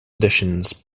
auditions